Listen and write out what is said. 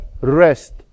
rest